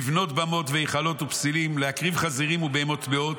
לבנות במות והיכלות ופסילים ולהקריב חזירים ובהמות טמאות.